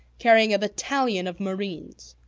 carrying a battalion of marines.